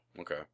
Okay